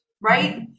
right